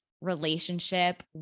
relationship